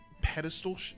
pedestal